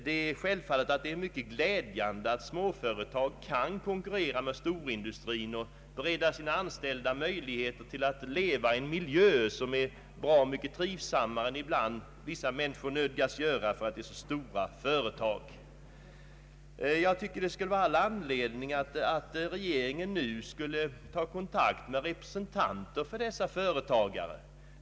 Det är självfallet mycket glädjande att små företag kan konkurrera med storindustrin och bereda sina anställda möjligheter att leva i en miljö som är mycket trivsammare än den många människor nödgas arbeta i när det gäller stora företag. Enligt min mening finns all anledning för regeringen att ta kontakt med representanter för dessa företagare.